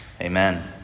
amen